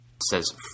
says